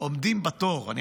עומדים בתור.